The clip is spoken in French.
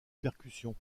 percussion